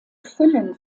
füllen